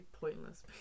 pointless